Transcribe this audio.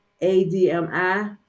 A-D-M-I